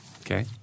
Okay